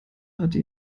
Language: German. hatte